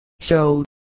show